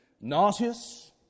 nauseous